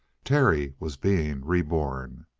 terry was being reborn.